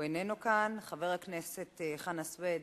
הוא איננו כאן, חבר הכנסת חנא סוייד,